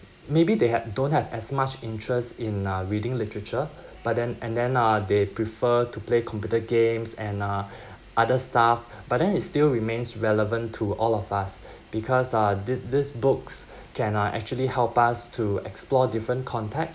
maybe they have don't have as much interest in uh reading literature but then and then uh they prefer to play computer games and uh other stuff but then it still remains relevant to all of us because uh this this books can uh actually help us to explore different contact